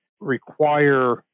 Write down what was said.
require